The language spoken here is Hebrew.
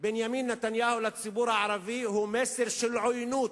בנימין נתניהו לציבור הערבי הוא מסר של עוינות.